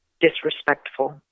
disrespectful